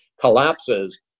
collapses